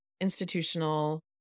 institutional